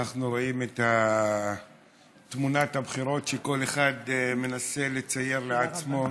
אנחנו רואים את תמונת הבחירות שכל אחד מנסה לצייר לעצמו.